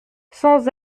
sans